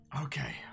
okay